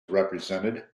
represented